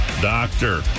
doctor